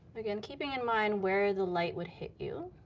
again, keeping in mind where the light would hit you.